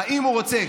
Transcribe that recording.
האם הוא רוצה